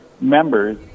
members